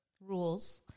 rules